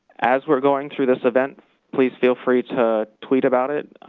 as we're going through this event, please feel free to tweet about it.